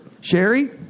Sherry